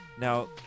Now